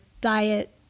diet